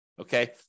okay